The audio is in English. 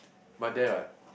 but there like